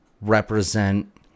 represent